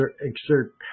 exert